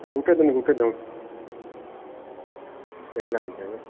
ଏ ଗୁଟେ ଦିଉନ୍ ଗୁଟେ ଦଅ ଏକ୍ଲା ଆଜ୍ଞା ଆଜ୍ଞା